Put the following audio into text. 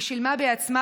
היא שילמה בעצמה,